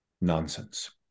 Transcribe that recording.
nonsense